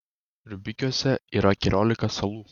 rubikiuose yra keliolika salų